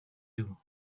you